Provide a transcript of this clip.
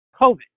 COVID